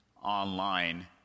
online